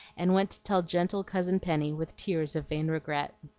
and went to tell gentle cousin penny with tears of vain regret.